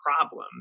problem